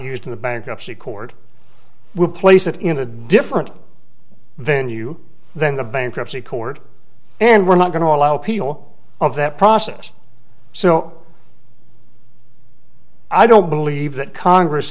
to the bankruptcy court will place it in a different venue than the bankruptcy court and we're not going to allow people of that process so i don't believe that congress